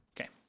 Okay